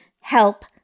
Help